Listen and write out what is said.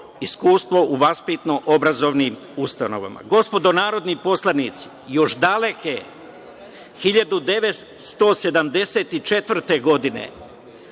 iskustvo u vaspitno-obrazovnim ustanovama. Gospodo narodni poslanici, još daleke 1974. godine,